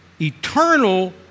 eternal